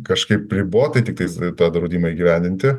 kažkaip ribotai tiktais tą draudimą įgyvendinti